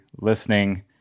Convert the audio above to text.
listening